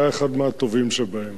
שהיה אחד מהטובים שבהם.